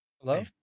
hello